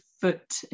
foot